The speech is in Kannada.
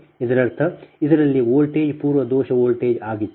ಇದರರ್ಥ ಇದರಲ್ಲಿ ವೋಲ್ಟೇಜ್ ಪೂರ್ವ ದೋಷ ವೋಲ್ಟೇಜ್ ಆಗಿತ್ತು